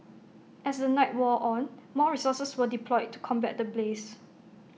as the night wore on more resources were deployed to combat the blaze